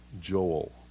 Joel